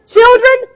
Children